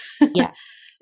Yes